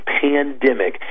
pandemic